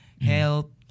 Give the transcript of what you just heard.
Help